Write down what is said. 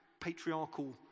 patriarchal